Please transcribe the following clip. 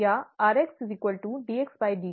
या rx dxdt